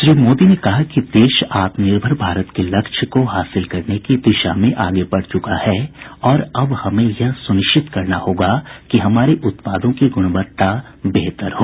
प्रधानमंत्री ने कहा कि देश आत्मनिर्भर भारत के लक्ष्य को हासिल करने की दिशा में आगे बढ़ चूका है और अब हमें यह सुनिश्चित करना होगा कि हमारे उत्पादों की गुणवत्ता बेहत्तर हो